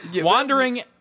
wandering